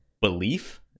belief